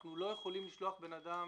אנחנו לא יכולים לשלוח אדם